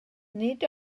nid